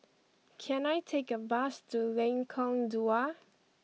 can I take a bus to Lengkong Dua